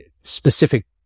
specific